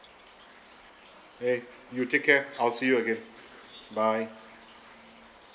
!hey! you take care I'll see you again bye